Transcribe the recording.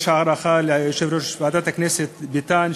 ויש הערכה ליושב-ראש ועדת הכנסת ביטן,